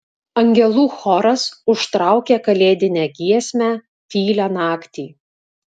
angelų choras užtraukė kalėdinę giesmę tylią naktį